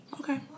Okay